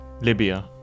Libya